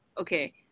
Okay